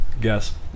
guess